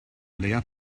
leia